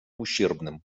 ущербным